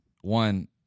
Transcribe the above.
One